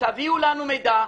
תביאו לנו מידע,